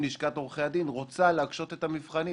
לשכת עורכי הדין רוצה להקשות את המבחנים,